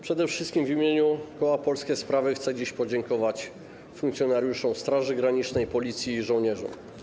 Przede wszystkim w imieniu koła Polskie Sprawy chcę dziś podziękować funkcjonariuszom Straży Granicznej, Policji i żołnierzom.